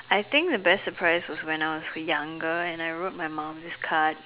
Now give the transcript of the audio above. I think the best surprise was when I was younger and I wrote my mum this card